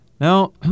Now